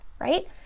right